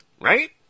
Right